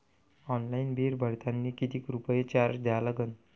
Online bill भरतानी कितीक रुपये चार्ज द्या लागन?